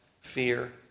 fear